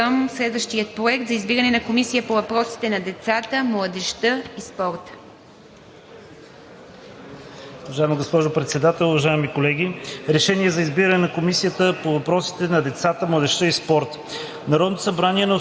Преминаваме към следващия Проект за решение за избиране на Комисия по въпросите на децата, младежта и спорта.